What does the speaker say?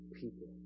people